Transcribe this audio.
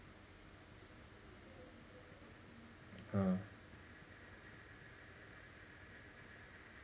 ah